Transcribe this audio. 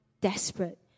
desperate